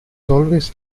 always